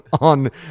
on